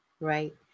Right